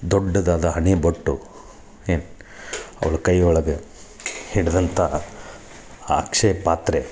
ದೊಡ್ಡದಾದ ಹಣೆಬೊಟ್ಟು ಏನು ಅವ್ಳ ಕೈ ಒಳ್ಗ ಹಿಡ್ದಂಥ ಆ ಅಕ್ಷಯ ಪಾತ್ರೆ